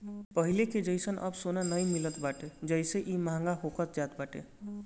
पहिले कअ जइसन अब सोना नाइ मिलत बाटे जेसे इ महंग होखल जात बाटे